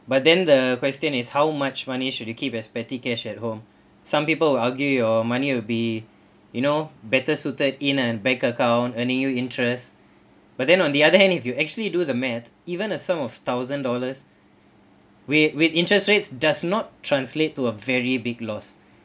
but then the question is how much money should you keep as petty cash at home some people will argue your money will be you know better suited in a bank account earning you interest but then on the other hand if you actually do the math even a sum of thousand dollars with with interest rates does not translate to a very big loss